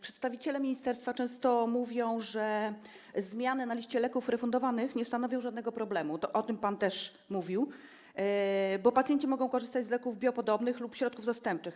Przedstawiciele ministerstwa często mówią, że zmiany na liście leków refundowanych nie stanowią żadnego problemu - o tym pan też mówił - bo pacjenci mogą korzystać z leków biopodobnych lub środków zastępczych.